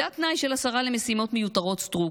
זה התנאי של השרה למשימות מיותרות סטרוק.